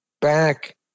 back